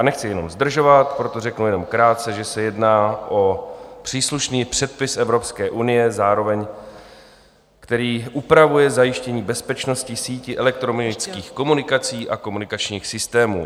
Nechci zdržovat, proto řeknu jenom krátce, že se zároveň jedná o příslušný předpis Evropské unie, který upravuje zajištění bezpečnosti sítí elektronických komunikací a komunikačních systémů.